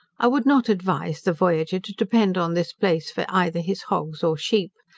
i would not advise the voyager to depend on this place for either his hogs or sheep.